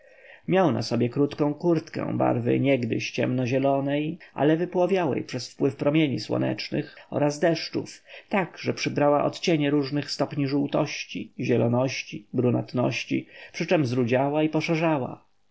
miał na sobie krótką kurtę barwy niegdyś ciemno-zielonej ale wypłowiałej przez wpływ promieni słonecznych oraz deszczów tak że przybrała odcienie różnych stopni żółtości zieloności brunatności przyczem zrudziała i poszarzała